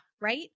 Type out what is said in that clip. Right